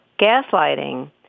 Gaslighting